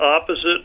opposite